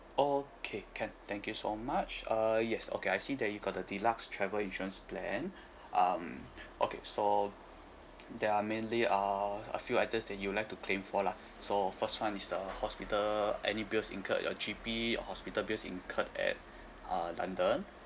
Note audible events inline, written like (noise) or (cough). okay can thank you so much uh yes okay I see that you got the deluxe travel insurance plan (breath) um okay so there are mainly a a few items that you'd like to claim for lah so first one is the hospital any bills incurred your G_P hospital bills incurred at uh london